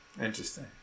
Interesting